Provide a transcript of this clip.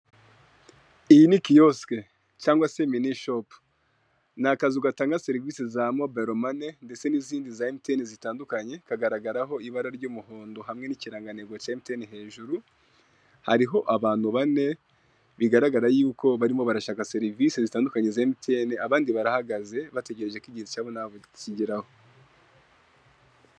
Iyi ni kiyosike cyangwa se mini shopu, ni akazu gatanga serivise za mobayiro mane ndetse n'izindi za emutiyeni zitandukanye. Kagaragaraho ibara ry'umuhondo hamwe n'ikirangantego cya emutiyeni hejuru, hariho abantu bane bigaragara y'uko barimo barashaka serivise zitandukanye za emutiyeni. Abandi barahagaze bategereje ko igihe cyabo nabo kigeraho.